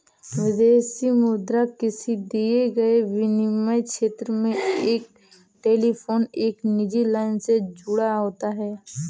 विदेशी मुद्रा किसी दिए गए विनिमय क्षेत्र में एक टेलीफोन एक निजी लाइन से जुड़ा होता है